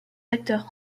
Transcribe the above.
acteurs